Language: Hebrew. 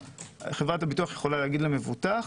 חברת הביטוח יכולה לומר למבוטח: